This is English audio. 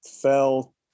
fell